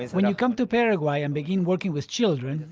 when you come to paraguay and begin working with children,